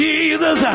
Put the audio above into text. Jesus